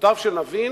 מוטב שנבין